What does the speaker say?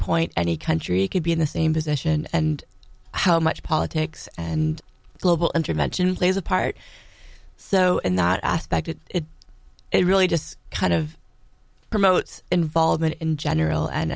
point any country could be in the same position and how much politics and global intervention plays a part so and that aspect of it really just kind of promotes involvement in general and